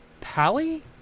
Pally